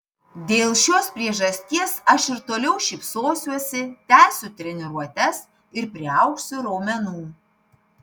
dėl šios priežasties aš ir toliau šypsosiuosi tęsiu treniruotes ir priaugsiu raumenų